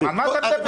זה.